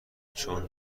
چون